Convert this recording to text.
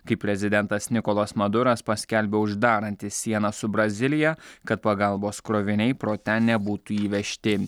kai prezidentas nikolas maduras paskelbė uždaranti sieną su brazilija kad pagalbos kroviniai pro ten nebūtų įvežti